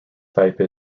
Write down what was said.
type